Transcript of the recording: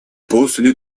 после